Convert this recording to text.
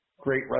great